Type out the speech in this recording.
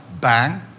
bang